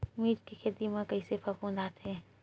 मिर्च के खेती म कइसे फफूंद आथे?